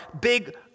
big